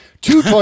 Two